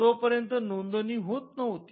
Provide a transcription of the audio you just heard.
तो पर्यंत नोंदणी होत नव्हती